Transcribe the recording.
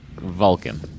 vulcan